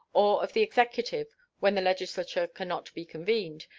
or of the executive when the legislature can not be convened,